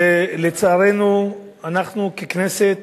ולצערנו אנחנו ככנסת